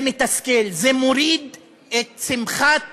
זה מתסכל, זה מוריד את שמחת